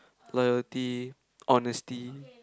loyalty honesty